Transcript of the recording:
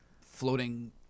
floating